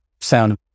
sound